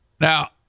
Now